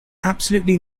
absolutely